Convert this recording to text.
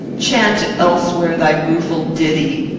chant elsewhere thy rueful ditty!